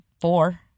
four